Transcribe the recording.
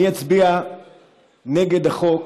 אני אצביע נגד החוק,